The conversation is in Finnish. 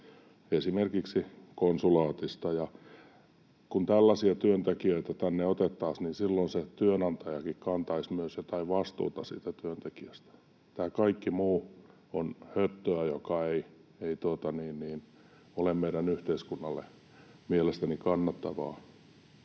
esimerkiksi konsulaatista, ja kun tällaisia työntekijöitä tänne otettaisiin, niin silloin se työnantajakin kantaisi myös jotain vastuuta siitä työntekijästä. Tämä kaikki muu on höttöä, joka ei ole meidän yhteiskunnalle mielestäni kannattavaa.